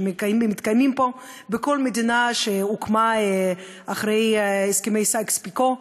שמתקיימים פה בכל מדינה שהוקמה אחרי הסכם סייקס-פיקו,